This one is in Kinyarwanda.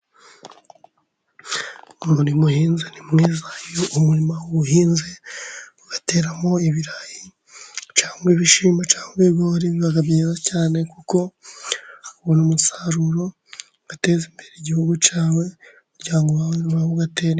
Umurima uhinze ni mwiza, iyo umurima uwuhinze, ugateramo ibirayi, cyangwa ibishyimbo, cyangwa ibigori, biba byiza cyane, kuko ubona umusaruro ugateza imbere igihugu cyawe, umuryango wawe nawo ugate imbere.